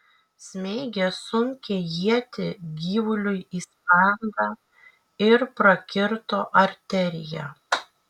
smeigė sunkią ietį gyvuliui į sprandą ir prakirto arteriją